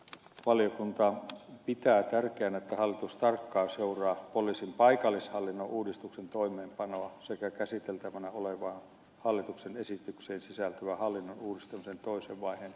valiokunta pitää tärkeänä että hallitus tarkkaan seuraa poliisin paikallishallinnon uudistuksen toimeenpanoa sekä käsiteltävänä olevaan hallituksen esitykseen sisältyvän hallinnon uudistamisen toisen vaiheen toteuttamista